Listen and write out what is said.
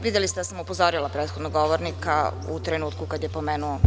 Videli ste da sam upozorila prethodnog govornika u trenutku kada je pomenuo DS.